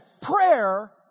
prayer